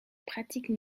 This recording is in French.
pratique